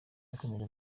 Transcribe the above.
yakomeje